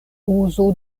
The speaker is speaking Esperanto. uzo